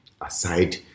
Aside